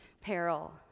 peril